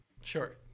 sure